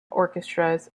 orchestras